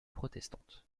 protestante